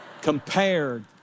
compared